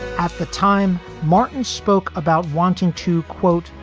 at the time, martin spoke about wanting to, quote,